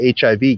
HIV